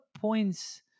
points